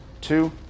Two